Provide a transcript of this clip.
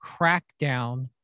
crackdown